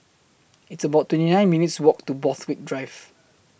It's about twenty nine minutes' Walk to Borthwick Drive